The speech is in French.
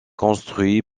construit